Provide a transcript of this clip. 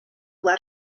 let